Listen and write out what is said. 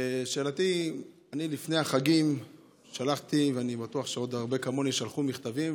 שאלתי: לפני החגים שלחתי מכתבים,